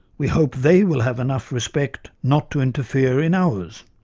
we hope they will have enough respect not to interfere in ours'.